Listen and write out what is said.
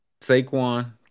Saquon